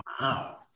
Wow